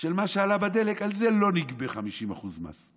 של מה שעלה בדלק, על זה לא נגבה 50% מס?